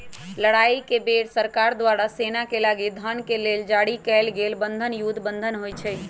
लड़ाई के बेर सरकार द्वारा सेनाके लागी धन के लेल जारी कएल गेल बन्धन युद्ध बन्धन होइ छइ